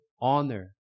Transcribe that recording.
honor